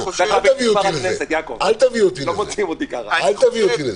אל תביא אותי לזה.